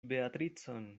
beatricon